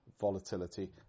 volatility